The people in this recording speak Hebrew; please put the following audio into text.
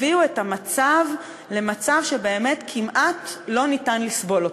הביאה את המצב לכך שבאמת כמעט אי-אפשר לסבול אותו.